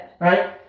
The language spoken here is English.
Right